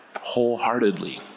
Wholeheartedly